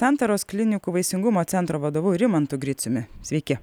santaros klinikų vaisingumo centro vadovu rimantu griciumi sveiki